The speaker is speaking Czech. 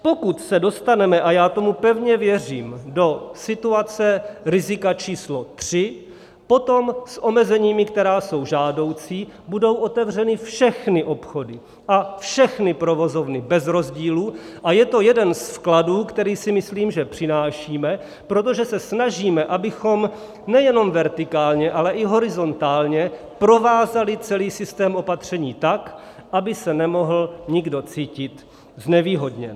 Pokud se dostaneme, a já tomu pevně věřím, do situace rizika č. 3, potom s omezeními, která jsou žádoucí, budou otevřeny všechny obchody a všechny provozovny bez rozdílu a je to jeden z vkladů, který si myslím, že přinášíme, protože se snažíme, abychom nejenom vertikálně, ale i horizontálně provázali celý systém opatření tak, aby se nemohl nikdo cítit znevýhodněn.